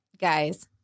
guys